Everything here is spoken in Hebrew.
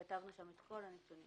כתבנו שם את כל הנתונים.